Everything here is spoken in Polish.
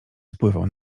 spływał